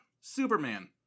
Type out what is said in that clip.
Superman